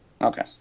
Okay